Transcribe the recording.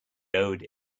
owed